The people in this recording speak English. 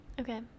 Okay